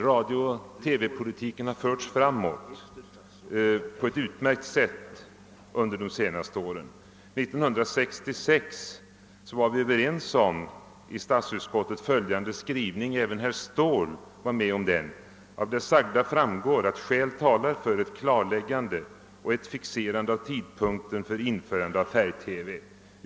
Radiooch TV-frågorna har förts framåt på ett utmärkt sätt under de senaste åren. År 1966 var vi i statsutskottet — även herr Ståhl — överens om följande skrivning: »Av det sagda framgår att skäl talar för ett klarläggande och ett fixerande av tidpunkten för införande av färg-TV.